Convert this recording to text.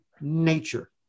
nature